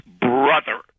brother